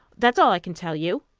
that is all i can tell you.